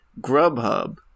Grubhub